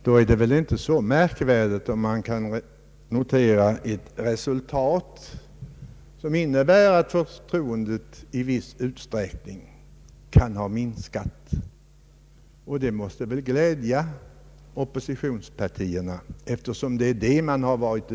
Det är väl då inte så märkligt att valutgången blivit den att förtroendet för regeringspartiet i viss utsträckning minskat.